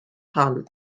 hon